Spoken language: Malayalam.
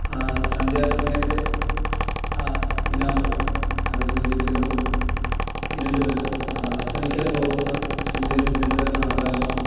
ആ സന്ധ്യാസമയത്തെ ആ പിന്നാമ്പുറം അത് സൂചിപ്പിക്കുന്നത് ഇരുണ്ട് വരു അസ്തമിക്കാൻ പോകുന്ന സൂര്യനും ഇരുണ്ട് വരുന്ന ആകാശവും